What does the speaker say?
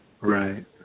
Right